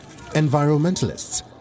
Environmentalists